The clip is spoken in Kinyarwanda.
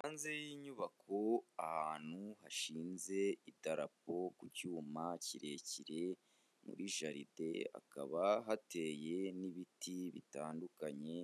Hanze y'inyubako ahantu hashinze idarapo ku cyuma kirekire muri jaride, hakaba hateye n'ibiti bitandukanye;